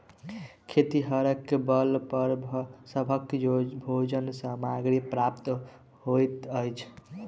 खेतिहरेक बल पर सभक भोजन सामग्री प्राप्त होइत अछि